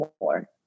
more